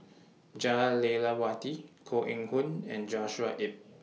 Jah Lelawati Koh Eng Hoon and Joshua Ip